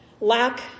Lack